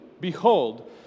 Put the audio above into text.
Behold